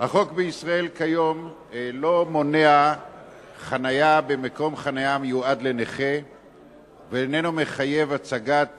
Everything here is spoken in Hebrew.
החוק בישראל כיום לא מונע חנייה במקום חנייה מיועד לנכה ולא מחייב הצגת